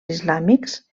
islàmics